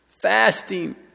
fasting